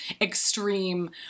extreme